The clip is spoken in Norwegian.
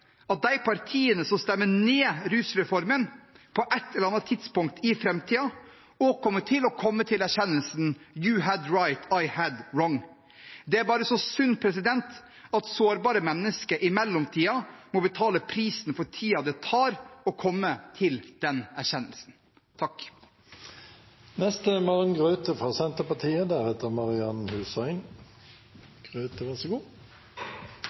at de partiene som stemmer ned rusreformen, på et eller annet tidspunkt i framtiden også kommer til å komme til erkjennelsen «you had right, I had wrong». Det er bare så synd at sårbare mennesker i mellomtiden må betale prisen for tiden det tar å komme til den erkjennelsen.